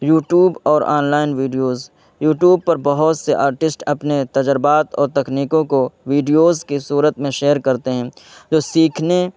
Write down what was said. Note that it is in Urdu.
یوٹوب اور آنلائن ویڈیوز یوٹوب پر بہت سے آرٹسٹ اپنے تجربات اور تکنیکوں کو ویڈیوز کی صورت میں شیئر کرتے ہیں جو سیکھنے